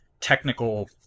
technical